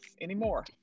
anymore